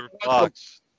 box